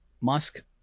Musk